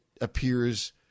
appears